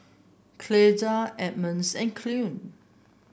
Clyda Emmons and